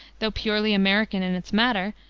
though purely american in its matter,